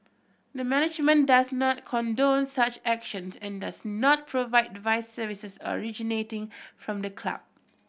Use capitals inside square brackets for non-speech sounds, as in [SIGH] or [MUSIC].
the management does not condone such action [UNINTELLIGIBLE] and does not provide the vice services originating from the club